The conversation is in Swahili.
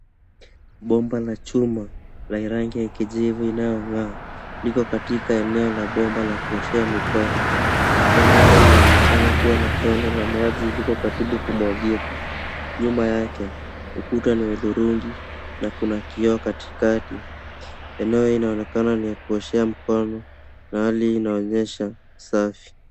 Bomba la chuma la rangi ya kijivu inayongaa liko katika eneo la bomba la kuoshea mikono, bomba hilo linaonekana kua na tone la maji liko karibu kumwagika. Nyuma yake ukuta ni wa udhurungi na kuna kioo katikati, eneo hii inaonekana ni ya kuoshea mkono na hali inaonyesha safi.